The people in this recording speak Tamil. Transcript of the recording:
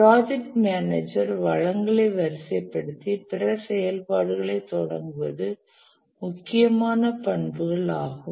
ப்ராஜெக்ட் மேனேஜர் வளங்களை வரிசைப்படுத்தி பிற செயல்பாடுகளைத் தொடங்குவது முக்கியமான பண்புகள் ஆகும்